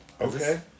Okay